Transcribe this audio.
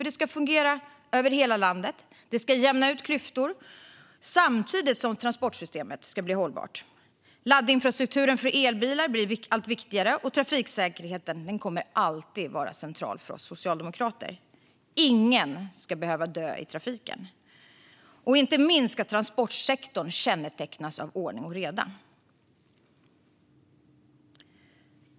Det ska fungera över hela landet och jämna ut klyftor samtidigt som transportsystemet ska bli hållbart. Laddinfrastrukturen för elbilar blir allt viktigare, och trafiksäkerheten kommer alltid att vara central för oss socialdemokrater. Ingen ska behöva dö i trafiken. Inte minst ska transportsektorn kännetecknas av ordning och reda.